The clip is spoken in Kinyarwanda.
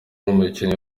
umukinnyi